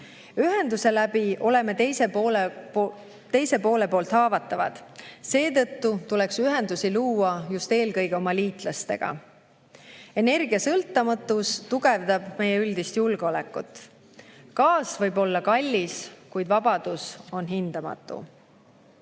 Ühenduse kaudu oleme teise poole poolt haavatavad, seetõttu tuleks ühendusi luua eelkõige oma liitlastega. Energiasõltumatus tugevdab meie üldist julgeolekut. Gaas võib olla kallis, kuid vabadus on hindamatu.